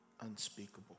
unspeakable